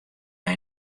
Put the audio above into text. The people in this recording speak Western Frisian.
mei